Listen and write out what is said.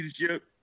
leadership